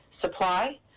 supply